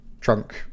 trunk